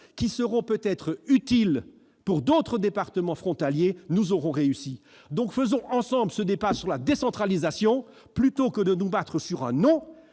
qui seront peut-être utiles pour d'autres départements frontaliers, nous aurons réussi. Ayons donc ce débat sur la décentralisation au lieu de nous battre sur un nom